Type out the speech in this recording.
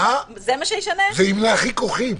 זה ימנע חיכוכים.